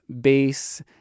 base